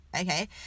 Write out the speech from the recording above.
okay